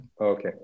Okay